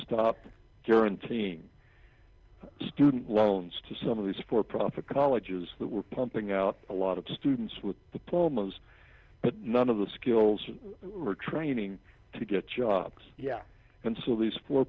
stop guaranteeing student loans to some of these for profit colleges that were pumping out a lot of students with diplomas but none of the skills or training to get jobs and so these for